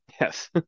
Yes